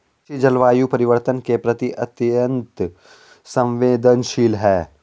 कृषि जलवायु परिवर्तन के प्रति अत्यंत संवेदनशील है